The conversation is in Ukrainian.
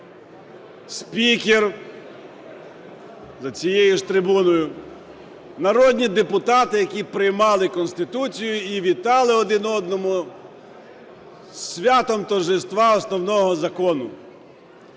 спікер за цією ж трибуною, народні депутати, які приймали Конституцію, і вітали один одного з святом торжества Основного Закону.